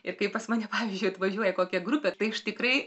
ir kai pas mane pavyzdžiui atvažiuoja kokia grupė tai aš tikrai